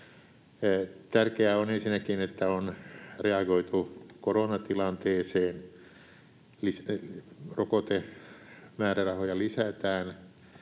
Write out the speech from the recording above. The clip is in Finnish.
Tärkeää on ensinnäkin, että on reagoitu koronatilanteeseen. Rokotemäärärahoja lisätään,